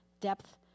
depth